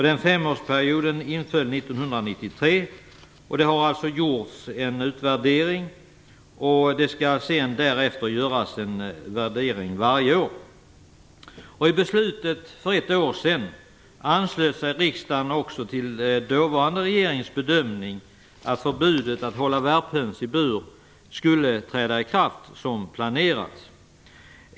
Den femårsperioden hade gått 1993. Det har alltså gjorts en utvärdering. Därefter skall det göras en värdering varje år. I beslutet för ett år sedan anslöt sig riksdagen också till dåvarande regeringens bedömning att förbudet att hålla värphöns i bur skulle träda i kraft som planerats.